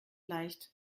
leicht